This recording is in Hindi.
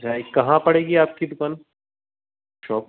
जाई कहाँ पड़ेगी आपकी दुकान चौक